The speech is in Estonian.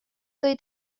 tõi